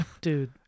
Dude